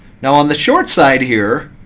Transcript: now on the short side here,